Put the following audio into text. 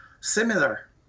similar